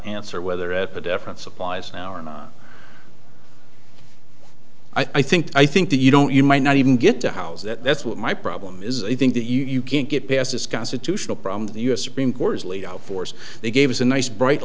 answer whether at the deference applies now or not i think i think that you don't you might not even get the house that's what my problem is i think that you can't get past this constitutional problem the u s supreme court has laid out force they gave us a nice bright